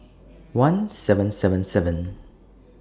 one seven seven seven